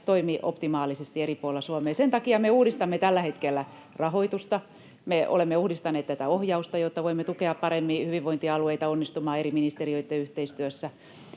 toimi optimaalisesti eri puolilla Suomea. Sen takia me uudistamme tällä hetkellä rahoitusta. Me olemme uudistaneet tätä ohjausta, jotta voimme tukea paremmin hyvinvointialueita onnistumaan eri ministeriöitten yhteistyössä.